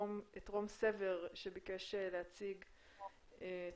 רום סבר שביקש להציג את